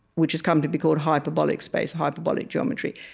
which has come to be called hyperbolic space hyperbolic geometry.